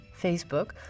Facebook